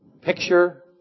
picture